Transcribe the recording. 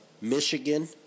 Michigan